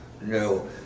No